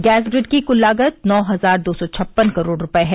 gas प्रिंड की कुल लागत नौ हजार दो सौ छप्पन करोड़ रुपये है